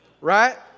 Right